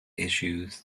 issues